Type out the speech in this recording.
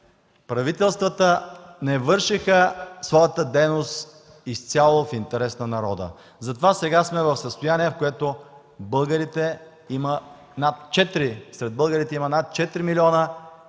правителствата не вършеха своята дейност изцяло в интерес на народа. Затова сега сме в състояние, в което сред българите има над 4 милиона